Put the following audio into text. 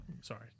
Sorry